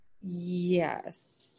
Yes